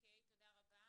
תודה רבה.